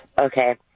okay